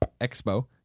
Expo